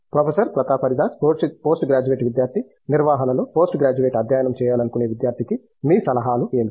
professor Pratap Haridas post graduate విద్యార్థి నిర్వహణలో మేనేజ్మెంట్లో పోస్ట్ గ్రాడ్యుయేట్ అధ్యయనం చేయాలనుకునే విద్యార్థికి మీ సలహాలు ఏమిటి